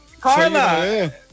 Carla